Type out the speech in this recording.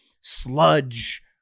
sludge